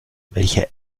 welche